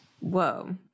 Whoa